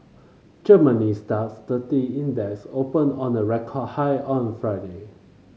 Germany's DAX thirty Index opened on a record high on Friday